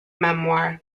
memoir